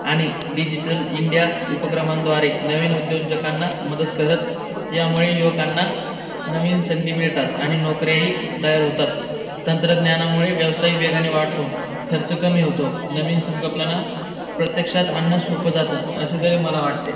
आणि digital India उपक्रमांद्वारे नवीन उद्योजकांना मदत करत यामुळे युवकांना नवीन संधी मिळतात आणि नोकऱ्याही तयार होतात तंत्रज्ञानामुळे व्यवसाय वेगाने वाढतो खर्च कमी होतो नवीन संकल्पना प्रत्यक्षात आणणं सोपं जातं असे तरी मला वाटते